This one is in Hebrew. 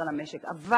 אבל,